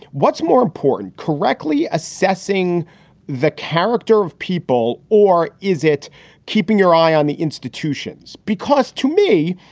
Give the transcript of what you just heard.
what's more important, correctly assessing the character of people, or is it keeping your eye on the institutions? because to me,